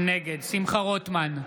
נגד שמחה רוטמן,